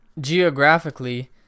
geographically